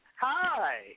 Hi